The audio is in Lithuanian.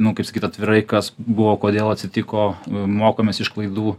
nu kaip sakyt atvirai kas buvo kodėl atsitiko mokomės iš klaidų